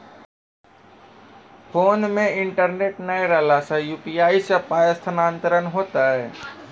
Phone मे internet नै रहला सॅ, यु.पी.आई सॅ पाय स्थानांतरण हेतै?